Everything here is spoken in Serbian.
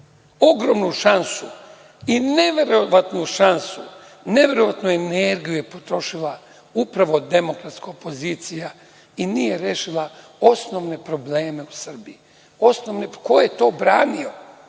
Ogromnu šansu i neverovatnu šansu, neverovatno energiju je iskoristila upravo demokratska opozicija i nije rešila osnovne probleme u Srbiji. Ko je to branio?